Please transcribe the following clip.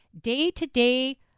day-to-day